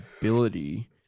ability